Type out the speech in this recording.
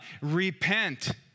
repent